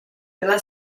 della